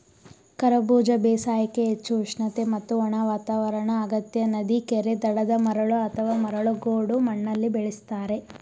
ಕರಬೂಜ ಬೇಸಾಯಕ್ಕೆ ಹೆಚ್ಚು ಉಷ್ಣತೆ ಮತ್ತು ಒಣ ವಾತಾವರಣ ಅಗತ್ಯ ನದಿ ಕೆರೆ ದಡದ ಮರಳು ಅಥವಾ ಮರಳು ಗೋಡು ಮಣ್ಣಲ್ಲಿ ಬೆಳೆಸ್ತಾರೆ